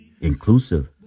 inclusive